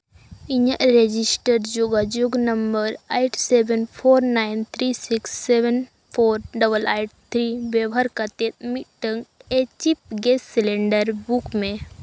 ᱤᱧᱟᱹᱜ ᱨᱮᱡᱤᱥᱴᱟᱨ ᱡᱳᱜᱟᱡᱳᱜᱽ number eight seven four nine three six seven four double eight three ᱵᱮᱵᱚᱦᱟᱨ ᱠᱟᱛᱮᱫ ᱢᱤᱫᱴᱟᱝ ᱮᱪᱤᱯ ᱜᱮᱥ ᱥᱤᱞᱤᱱᱰᱟᱨ ᱵᱩᱠ ᱢᱮ